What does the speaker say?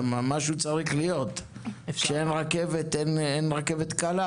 משהו צריך להיות כי אין רכבת, אין אפילו רכבת קלה.